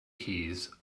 keys